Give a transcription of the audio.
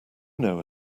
know